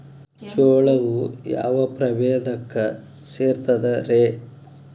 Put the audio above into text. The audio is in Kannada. ಜೋಳವು ಯಾವ ಪ್ರಭೇದಕ್ಕ ಸೇರ್ತದ ರೇ?